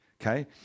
Okay